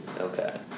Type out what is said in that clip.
Okay